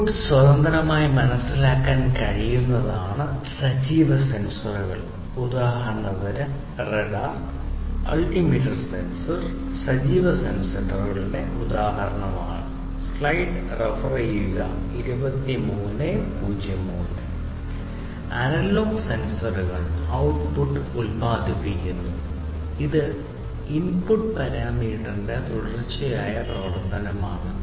input സ്വതന്ത്രമായി മനസ്സിലാക്കാൻ കഴിയുന്നതാണ് ആക്റ്റീവ് സെൻസറുകൾ സജീവ സെൻസറുകളുടെ ഉദാഹരണങ്ങളാണ്